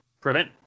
prevent